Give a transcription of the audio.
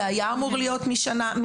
זה היה אמור להיות מתשפ"ד,